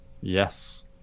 yes